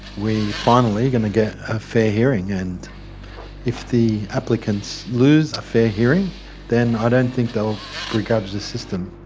we're finally are going to get a fair hearing and if the applicants lose a fair hearing then i don't think they'll begrudge the system.